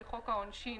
לחוק העונשין